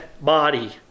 body